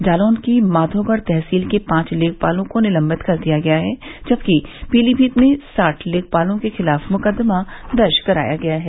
जालौन की माधौगढ़ तहसील के पांच लेखपालों को निलम्बित कर दिया गया है जबकि पीलीभीत में साठ लेखपालों के खिलाफ मुकदमा दर्ज कराया गया है